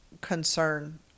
concern